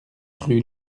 rue